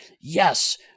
yes